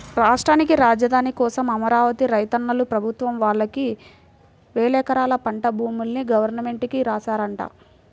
రాష్ట్రానికి రాజధాని కోసం అమరావతి రైతన్నలు ప్రభుత్వం వాళ్ళకి వేలెకరాల పంట భూముల్ని గవర్నమెంట్ కి రాశారంట